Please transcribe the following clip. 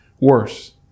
worse